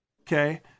Okay